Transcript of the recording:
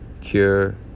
cure